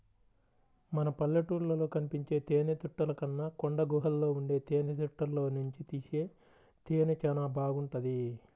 మన పల్లెటూళ్ళలో కనిపించే తేనెతుట్టెల కన్నా కొండగుహల్లో ఉండే తేనెతుట్టెల్లోనుంచి తీసే తేనె చానా బాగుంటది